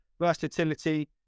versatility